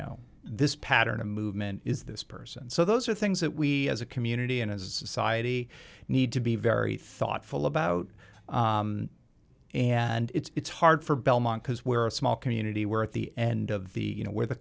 know this pattern of movement is this person so those are things that we as a community and as society need to be very thoughtful about and it's hard for belmont because we're a small community we're at the end of the you know where the